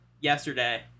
yesterday